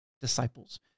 disciples